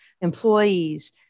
employees